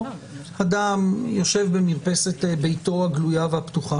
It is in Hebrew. אדם יושב במרפסת ביתו הגלויה והפתוחה,